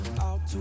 Out